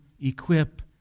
equip